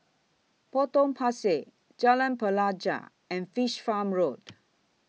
Potong Pasir Jalan Pelajau and Fish Farm Road